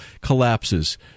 collapses